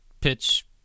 pitch